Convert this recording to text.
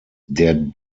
der